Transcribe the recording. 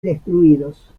destruidos